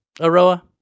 Aroa